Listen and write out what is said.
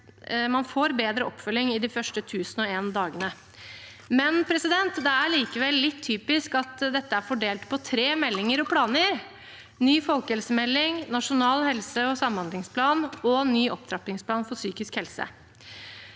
man får bedre oppfølging i de første 1 001 dagene. Det er likevel litt typisk at dette er fordelt på tre meldinger og planer: ny folkehelsemelding, nasjonal helse- og samhandlingsplan og ny opptrappingsplan for psykisk helse.